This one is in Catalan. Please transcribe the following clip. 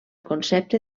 concepte